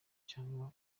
cyangwa